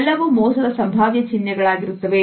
ಇವೆಲ್ಲವೂ ಮೋಸದ ಸಂಭಾವ್ಯ ಚಿನ್ಹೆಗಳಾಗಿರುತ್ತವೆ